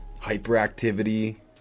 hyperactivity